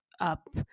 up